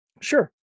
Sure